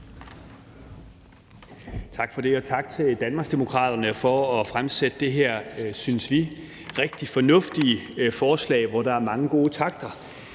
Tak for det, og tak til Danmarksdemokraterne for at fremsætte det her, synes vi, rigtig fornuftige forslag, som der er mange gode takter